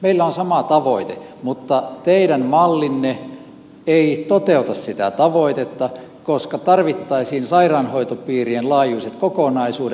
meillä on sama tavoite mutta teidän mallinne ei toteuta sitä tavoitetta koska tarvittaisiin sairaanhoitopiirien laajuiset kokonaisuudet